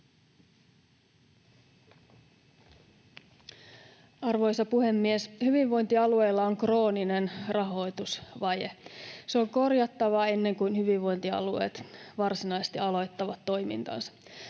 Arvoisa puhemies! Hyvinvointialueilla on krooninen rahoitusvaje. Se on korjattava ennen kuin hyvinvointialueet varsinaisesti aloittavat toimintansa.